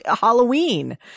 Halloween